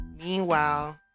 meanwhile